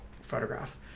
photograph